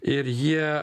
ir jie